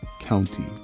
County